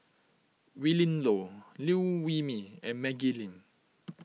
Willin Low Liew Wee Mee and Maggie Lim